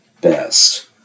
best